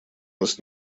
нас